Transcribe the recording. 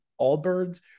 Allbirds